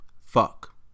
Fuck